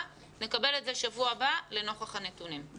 אלא נקבל את זה בשבוע הבא לנוכח הנתונים.